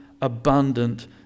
abundant